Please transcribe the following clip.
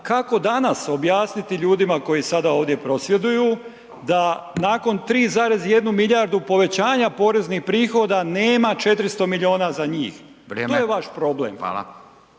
kako danas objasniti ljudima koji sada ovdje prosvjeduju da nakon 3,1 milijardu povećanja poreznih prihoda nema 400 milijuna za njih. To je vaš problem.